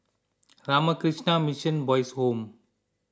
Ramakrishna Mission Boys' Home